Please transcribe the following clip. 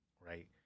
right